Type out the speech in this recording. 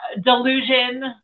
delusion